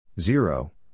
zero